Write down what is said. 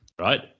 right